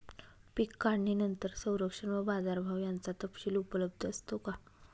पीक काढणीनंतर संरक्षण व बाजारभाव याचा तपशील उपलब्ध असतो का?